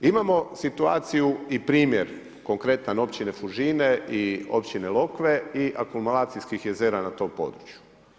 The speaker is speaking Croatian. Imamo situaciju i primjer konkretan općine Fužine i općine Lokve i akumulacijskih jezera na tom području.